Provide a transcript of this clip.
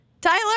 Tyler